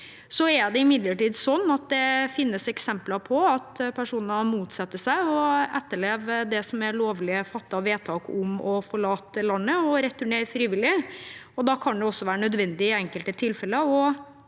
Det finnes imidlertid eksempler på at personer motsetter seg å etterleve det som er lovlig fattede vedtak om å forlate landet og returnere frivillig. Da kan det også være nødvendig i enkelte tilfeller